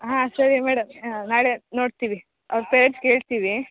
ಹಾಂ ಸರಿ ಮೇಡಮ್ ಹಾಂ ನಾಳೆ ನೋಡ್ತೀವಿ ಅವ್ರು ಪೇರೆಂಟ್ಸ್ಗೆ ಹೇಳ್ತಿವಿ